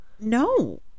no